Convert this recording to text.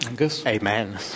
Amen